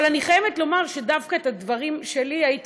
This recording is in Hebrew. אבל אני חייבת לומר שדווקא את הדברים שלי הייתי